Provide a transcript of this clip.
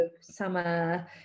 summer